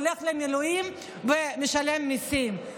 הולך למילואים ומשלם מיסים.